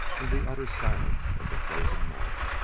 in the utter silence of the frozen north.